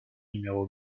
numéro